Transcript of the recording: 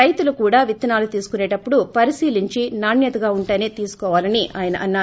రైతులు కూడ విత్తనాలు తీసుకునేటప్పుడు పరిశీలించి నాణ్వతగా ఉంటేసే తీసుకోవాలని అన్నారు